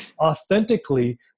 authentically